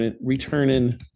Returning